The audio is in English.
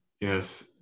yes